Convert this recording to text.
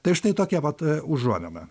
tai štai tokia vat užuomina